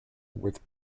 with